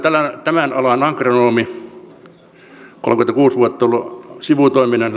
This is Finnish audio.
tämän alan agronomi kolmekymmentäkuusi vuotta olen ollut sivutoiminen